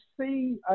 see